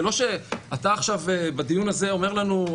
זה לא שאתה עכשיו בדיון הזה אומר לנו,